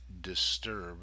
disturb